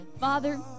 Father